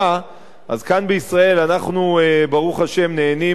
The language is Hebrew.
כאן בישראל אנחנו, ברוך השם, נהנים מגרף